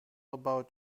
about